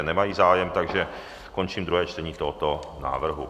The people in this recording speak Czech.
Nemají zájem, takže končím druhé čtení tohoto návrhu.